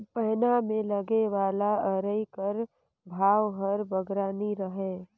पैना मे लगे वाला अरई कर भाव हर बगरा नी रहें